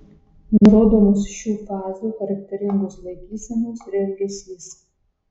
nurodomos šių fazių charakteringos laikysenos ir elgesys